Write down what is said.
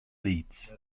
leeds